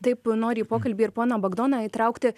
taip nori į pokalbį ir poną bagdoną įtraukti